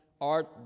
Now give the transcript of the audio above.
art